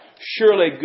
Surely